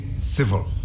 civil